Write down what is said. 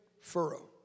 furrow